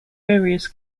various